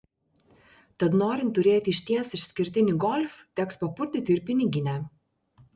tad norint turėti išties išskirtinį golf teks papurtyti ir piniginę